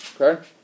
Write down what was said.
Okay